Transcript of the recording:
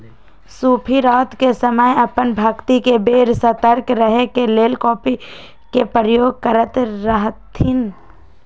सूफी रात के समय अप्पन भक्ति के बेर सतर्क रहे के लेल कॉफ़ी के प्रयोग करैत रहथिन्ह